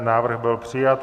Návrh byl přijat.